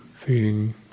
Feeling